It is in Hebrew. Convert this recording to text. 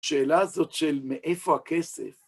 שאלה הזאת של מאיפה הכסף?